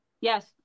Yes